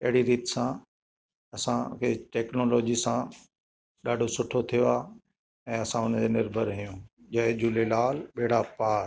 एड़ी रीति सां असांखे टैक्नोलॉजी सां ॾाढो सुठो थियो आहे ऐं असां उन जे निर्भर आहियूं जय झूलेलाल बेड़ा पार